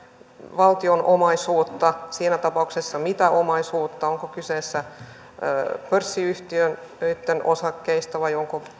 valtion omaisuutta siinä tapauksessa mitä omaisuutta onko kyse pörssiyhtiöitten osakkeista vai onko